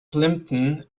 plympton